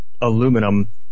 aluminum